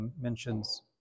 mentions